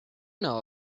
know